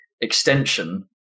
extension